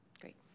great